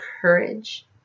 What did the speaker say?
courage